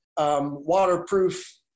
waterproof